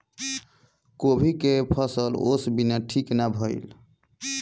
गोभी के फसल ओस बिना ठीक ना भइल